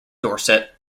dorset